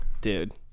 dude